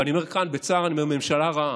ואני אומר כאן בצער: ממשלה רעה,